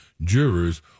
jurors